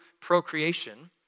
procreation